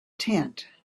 tent